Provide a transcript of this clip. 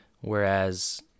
Whereas